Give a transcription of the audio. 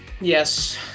yes